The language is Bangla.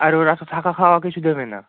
আর ওরা তো থাকা খাওয়া কিছু দেবে না